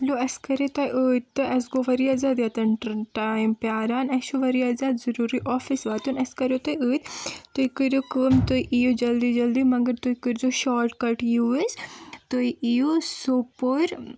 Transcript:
hello أسۍ کراے تۄہہِ ٲدۍ تہِ اسہِ گوٚو وارِیاہ زیادٕ ییٚتٮ۪ن ٹایم پیاران اسہِ چھُ وارِیاہ زیادٕ ضروٗری آفس واتُن اسہِ کریو تۄہہِ ٲدۍ تُہی کٔرو کٲم تُہۍ اِیو جلدٕے جلدٕے مگر تُہۍ کٔریو شاٹ کٹ یوٗز تُہۍ اِیو سوپور